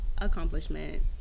accomplishment